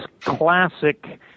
classic